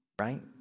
right